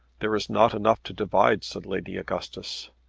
there is not enough to divide, said lady augustus.